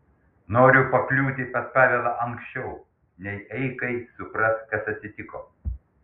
noriu pakliūti pas pavelą anksčiau nei eikai supras kas atsitiko